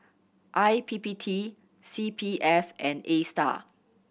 I P P T C P F and Astar